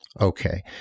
Okay